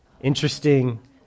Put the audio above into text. interesting